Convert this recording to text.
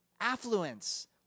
affluence